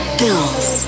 bills